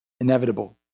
inevitable